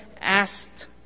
asked